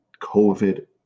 COVID